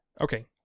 Okay